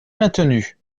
maintenu